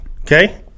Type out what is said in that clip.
Okay